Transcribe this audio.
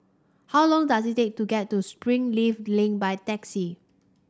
how long does it take to get to Springleaf Link by taxi